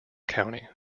county